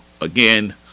again